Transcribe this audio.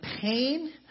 pain